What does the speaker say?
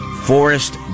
forest